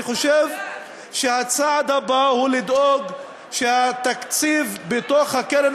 ואני חושב שהצעד הבא הוא לדאוג שהתקציב בתוך הקרן